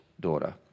daughter